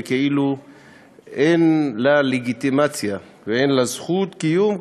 וכאילו אין לה לגיטימציה ואין לה זכות קיום,